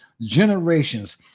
generations